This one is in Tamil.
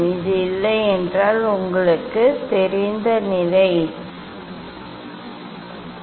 இது இல்லையென்றால் உங்களுக்குத் தெரிந்த நிலை இதுதான் கீழே ஏதேனும் இருந்தால் அடிப்படை கிடைமட்டமாக இருக்கலாம்